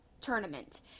tournament